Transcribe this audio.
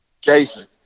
Jason